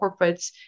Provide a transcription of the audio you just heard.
corporates